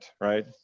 right